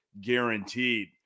guaranteed